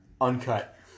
Uncut